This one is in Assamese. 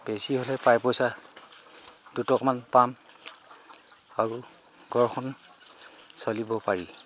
বেছি হ'লে পাই পইচা দুটকমান পাম আৰু ঘৰখন চলিবও পাৰি